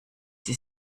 sie